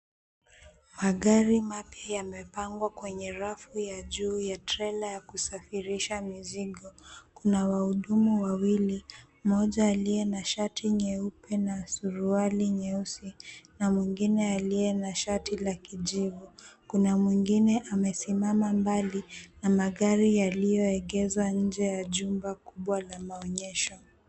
Magari mapya yamepangwa kwenye rafu ya juu ya trela ya kusafirisha mizigo. Kuna wahudumu wawili; mmoja aliye na shati nyeupe na suruali nyeusi na mwingine aliye na shati la kijivu. Kuna mwingine amesimama mbali na magari yaliyoegezwa nje ya jumba kubwa la maonyesho.